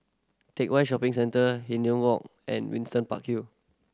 Teck Whye Shopping Centre Hindhede Walk and Windsor Park Hill